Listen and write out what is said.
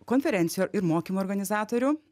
konferencijų ir mokymų organizatorių